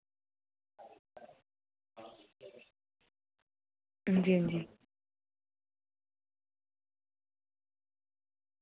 हां जी हां जी